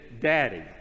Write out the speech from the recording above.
Daddy